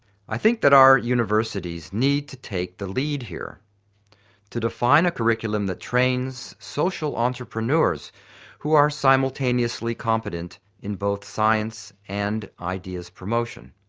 i think that our universities need to take the lead here to define a curriculum that trains social entrepreneurs who are simultaneously competent in both science and ideas promotion.